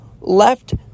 left